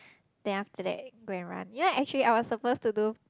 then after that go and run you know actually I was supposed to do